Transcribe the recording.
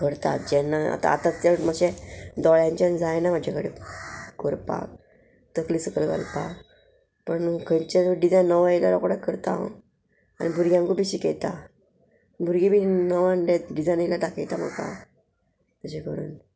करता जेन्ना आतां आतां ते मातशे दोळ्यांचे जायना म्हाजे कडेन करपाक तकली सकयल घालपाक पण खंयचे डिजायन नवो येयल्यार रोकडे करता हांव आनी भुरग्यांकूय बी शिकयता भुरगीं बी नवो डिजायन येयल्यार दाखयता म्हाका अशें करून